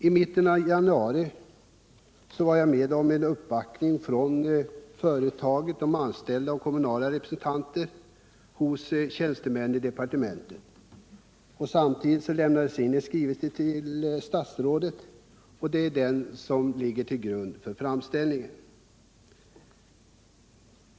I mitten av januari var jag med om en uppvaktning från företaget, de anställda och kommunala representanter hos tjänstemän i departementet. Samtidigt inlämnades en skrivelse till statsrådet — det är den som har legat till grund för framställningen.